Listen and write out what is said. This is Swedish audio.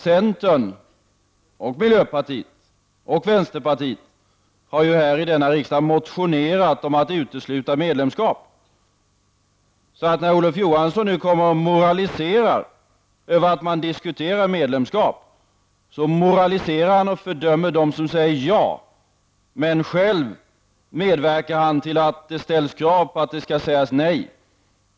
Centern, miljöpartiet och vänsterpartiet har ju här i denna riksdag motionerat om att utesluta medlemskap, så när Olof Johansson nu moraliserar över att man diskuterar medlemskap moraliserar han och fördömer dem som säger ja. Men själv medverkar han till att det ställs krav på att det skall sägas nej.